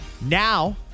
Now